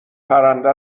پرنده